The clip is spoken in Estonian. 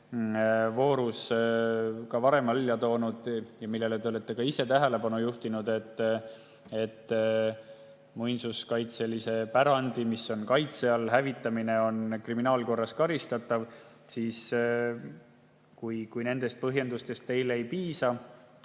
voorus ka varem välja toonud ja te olete ka ise tähelepanu juhtinud, et muinsuskaitselise pärandi, mis on kaitse all, hävitamine on kriminaalkorras karistatav. Kui nendest põhjendustest teile ei piisa,